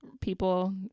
people